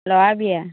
ল'ৰাৰ বিয়া